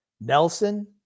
Nelson